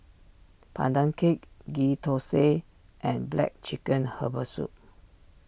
Pandan Cake Ghee Thosai and Black Chicken Herbal Soup